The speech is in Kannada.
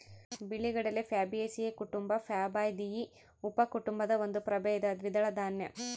ಬಿಳಿಗಡಲೆ ಪ್ಯಾಬೇಸಿಯೀ ಕುಟುಂಬ ಪ್ಯಾಬಾಯ್ದಿಯಿ ಉಪಕುಟುಂಬದ ಒಂದು ಪ್ರಭೇದ ದ್ವಿದಳ ದಾನ್ಯ